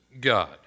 God